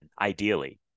ideally